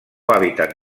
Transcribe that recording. hàbitat